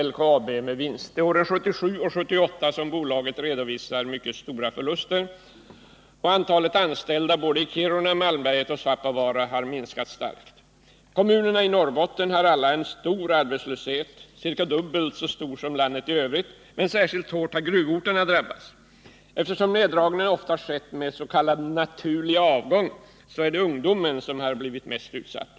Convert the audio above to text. Det är för åren 1977 och 1978 som bolaget har uppvisat mycket stora förluster, och antalet anställda vid Kiruna, Malmberget och Svappavaara har minskat starkt. Kommunerna i Norrbotten har alla en mycket stor arbetslöshet, ca dubbelt så hög som i landet i övrigt, men särskilt hårt har gruvorterna drabbats. Eftersom neddragningarna oftast skett med s.k. naturlig avgång, är det ungdomen som har blivit mest utsatt.